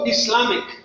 Islamic